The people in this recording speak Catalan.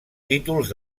títols